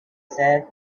said